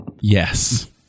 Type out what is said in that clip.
Yes